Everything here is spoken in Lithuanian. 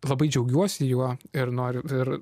labai džiaugiuosi juo ir noriu ir